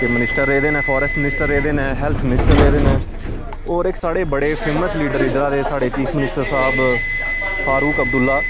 ते मिनिस्टर रेह्दे न फाररेस्ट मिनिस्टर रेह्दे न हैल्थ मिनिस्टर रेह्दे न होर इक साढ़े बड़े फेमस लीडर इद्धरा दे साढ़े चीफ मिनिस्टर साह्ब फारुक अब्दुल्ला